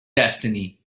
destiny